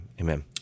amen